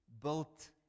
built